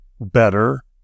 better